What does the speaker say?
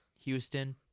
Houston